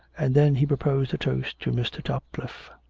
and then he proposed a toast to mr. topcliffe.